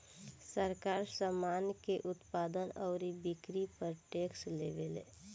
सरकार, सामान के उत्पादन अउरी बिक्री पर टैक्स लेवेले